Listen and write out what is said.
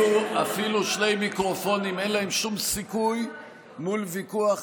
אפילו שני מיקרופונים אין להם שום סיכוי מול ויכוח